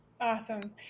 Awesome